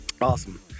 Awesome